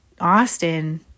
Austin